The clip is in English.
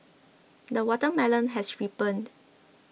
the watermelon has ripened